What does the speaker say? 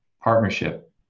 partnership